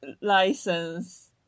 license